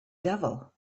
devil